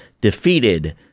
defeated